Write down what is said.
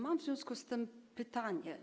Mam w związku z tym pytanie.